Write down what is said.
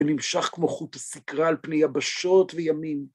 ונמשך כמו חוט הסיקרא על פני יבשות וימים.